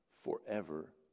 forever